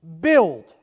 build